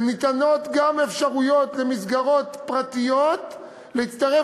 וניתנות גם אפשרויות למסגרות פרטיות להצטרף